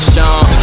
Sean